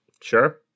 Sure